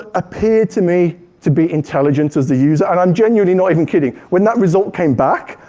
appeared to me to be intelligent as a user. and i'm genuinely not even kidding. when that result came back,